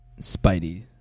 Spidey